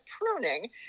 pruning